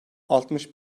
altmış